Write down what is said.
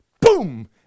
boom